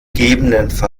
ggf